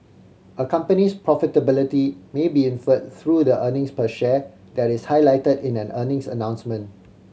a company's profitability may be inferred through the earnings per share that is highlighted in an earnings announcement